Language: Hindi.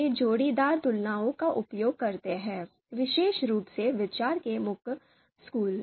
वे जोड़ीदार तुलनाओं का उपयोग करते हैं विशेष रूप से विचार के मुखर स्कूल